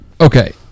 Okay